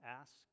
ask